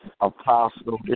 Apostle